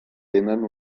tenen